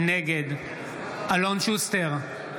נגד אלון שוסטר,